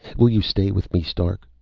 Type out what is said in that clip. will you stay with me, stark,